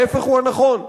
ההיפך הוא הנכון.